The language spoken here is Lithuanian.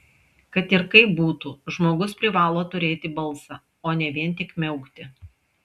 kad ir kaip būtų žmogus privalo turėti balsą o ne vien tik miaukti